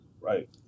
Right